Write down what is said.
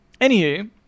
Anywho